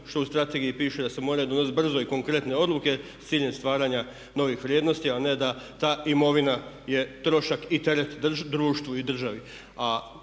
što u strategiji piše da se moraju donest brze i konkretne odluke s ciljem stvaranja novih vrijednosti, a ne da ta imovina je trošak i teret društvu i državi.